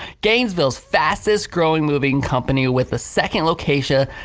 gainesville's fastest, growing moving company with a second locatia.